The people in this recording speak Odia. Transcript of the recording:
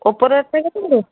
ଓପୋ ରେଟ୍ ଟା କେତେ ପଡ଼ିବ